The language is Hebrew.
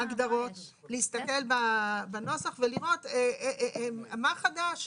להסתכל בנוסח ולראות מה חדש.